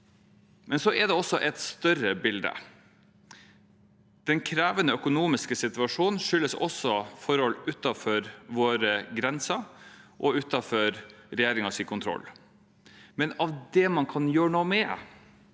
kurs. Det er også et større bilde. Den krevende økonomiske situasjon skyldes også forhold utenfor våre grenser og utenfor regjeringens kontroll. Men av det man kan gjøre noe med,